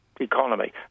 economy